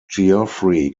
geoffrey